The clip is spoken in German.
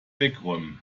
wegräumen